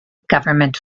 government